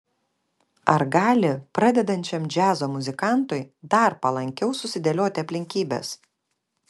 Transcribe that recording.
ar gali pradedančiam džiazo muzikantui dar palankiau susidėlioti aplinkybės